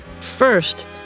First